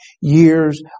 years